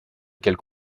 quelles